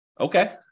Okay